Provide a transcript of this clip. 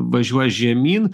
važiuos žemyn